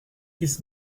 his